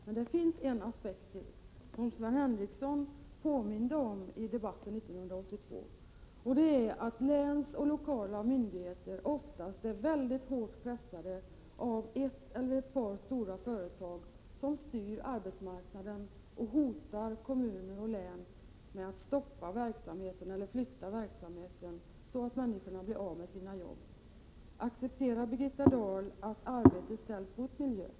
Men det finns ytterligare en aspekt, och den påminde Sven Henricsson om i debatten 1982, nämligen att länsmyndigheter och lokala myndigheter ofta är mycket hårt pressade av ett eller ett par stora företag som styr arbetsmarknaden och hotar kommuner och län med att stoppa eller flytta verksamheten, så att människorna blir av med sina jobb. Accepterar Birgitta Dahl att arbete ställs mot miljö?